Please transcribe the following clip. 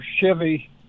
chevy